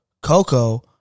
Coco